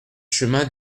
chemin